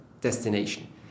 destination